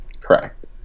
Correct